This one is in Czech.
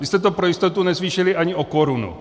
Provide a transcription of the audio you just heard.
Vy jste to pro jistotu nezvýšili ani o korunu.